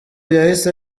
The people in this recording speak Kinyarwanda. yahise